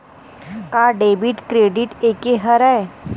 का debit credit एके हरय?